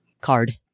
card